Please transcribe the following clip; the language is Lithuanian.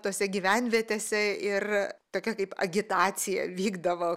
tose gyvenvietėse ir tokia kaip agitacija vykdavo